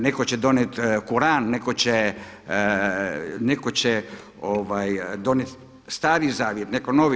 Netko će donijeti Kuran, netko će donijeti Stari zavjet, netko Novi.